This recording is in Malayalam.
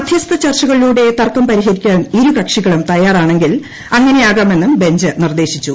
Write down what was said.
മധ്യസ്ഥ ചർച്ചകളിലൂടെ തർക്കം പൃതിഹരിക്കാൻ ഇരുകക്ഷികളും തയാറാണെങ്കിൽ അങ്ങനെയാകാമെന്നും ബഞ്ച് നിർദ്ദേശിച്ചു